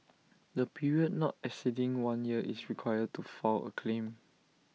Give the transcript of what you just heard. A period not exceeding one year is required to file A claim